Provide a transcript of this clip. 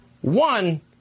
One